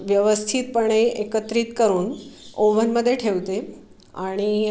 व्यवस्थितपणे एकत्रित करून ओव्हनमध्ये ठेवते आणि